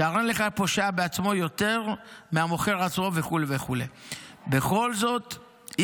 שהרי אין לך פושע בעצמו יותר מהמוכר עצמו" וכו' וכו' "ובכל זאת,